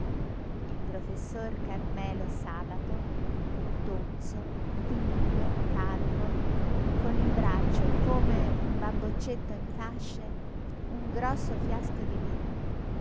il professor carmelo sabato tozzo pingue calvo con in braccio come un bamboccetto in fasce un grosso fiasco di vino